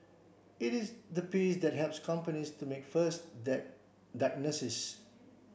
it is the piece that helps companies to make first that that diagnosis